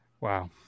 Wow